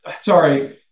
sorry